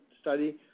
study